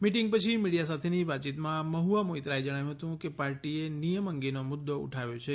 meeting પછી media સાથેની વાતયીતમાં મહ્આ મોઇત્રાએ જણાવ્યું કે પાર્ટીએ નિયમ અંગેનો મુદ્દો ઉઠાવ્યો છે